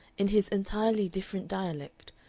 in his entirely different dialect,